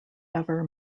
ever